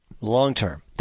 long-term